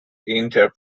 inter